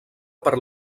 per